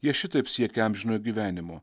jie šitaip siekė amžinojo gyvenimo